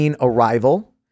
Arrival